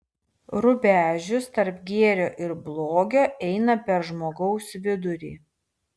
rubežius tarp gėrio ir blogio eina per žmogaus vidurį